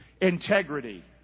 Integrity